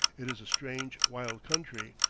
it is a strange, wild country,